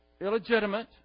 illegitimate